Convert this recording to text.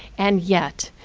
and yet,